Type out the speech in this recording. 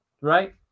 right